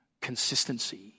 consistency